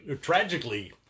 tragically